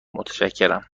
متشکرم